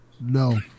No